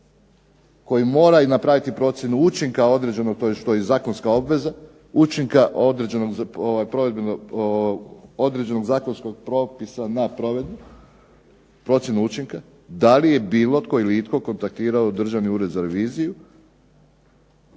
koji moraju napraviti procjenu učinka određeno to je što je i zakonska obveza, učinka određenog provedbenog, određenog zakonskog propisa na provedbu, procjenu učinka, da li je bilo tko ili itko kontaktirao Državni ured za reviziju